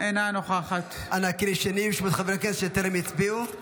אינה נוכחת אנא קראי שנית בשמות חברי הכנסת שטרם הצביעו.